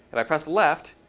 if i press left,